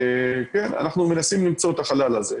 אנחנו מנסים למלא את החלל הזה.